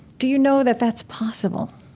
do you know that that's possible?